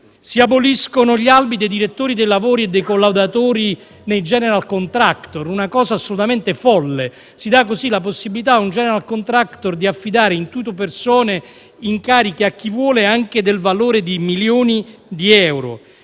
Si aboliscono gli albi dei direttori dei lavori e dei collaudatori nei *general contractor*. Si tratta di una cosa assolutamente folle, perché si dà così la possibilità a un *general contractor* di affidare, *intuitu personae,* incarichi (anche del valore di milioni di euro)